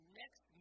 next